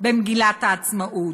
במגילת העצמאות,